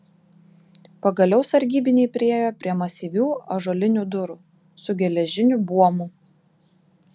pagaliau sargybiniai priėjo prie masyvių ąžuolinių durų su geležiniu buomu